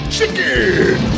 Chicken